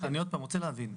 אני עוד פעם רוצה להבין,